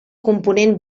component